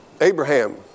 Abraham